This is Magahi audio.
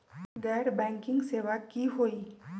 गैर बैंकिंग सेवा की होई?